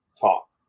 talk